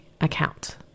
account